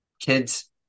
kids